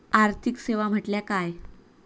आर्थिक सेवा म्हटल्या काय?